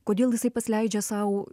kodėl jisai pats leidžia sau